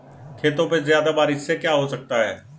खेतों पे ज्यादा बारिश से क्या हो सकता है?